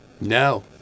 No